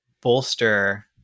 bolster